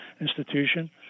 institution